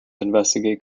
investigate